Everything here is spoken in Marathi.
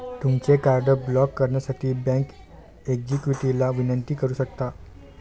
तुमचे कार्ड ब्लॉक करण्यासाठी बँक एक्झिक्युटिव्हला विनंती करू शकता